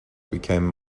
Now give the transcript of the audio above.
became